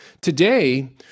Today